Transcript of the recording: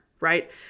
right